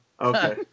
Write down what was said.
Okay